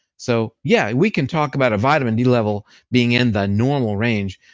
so yeah, we can talk about a vitamin d level being in the normal range,